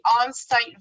on-site